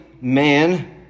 man